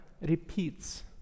repeats